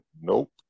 Nope